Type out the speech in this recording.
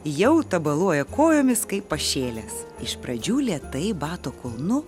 jau tabaluoja kojomis kaip pašėlęs iš pradžių lėtai bato kulnu